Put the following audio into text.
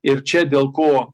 ir čia dėl ko